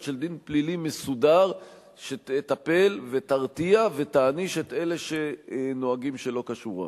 של דין פלילי מסודר שתטפל ותרתיע ותעניש את אלה שנוהגים שלא כשורה.